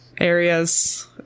areas